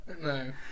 No